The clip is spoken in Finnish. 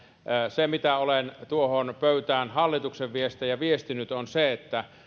se mitä olen tuohon pöytään hallituksen viestejä viestinyt on se että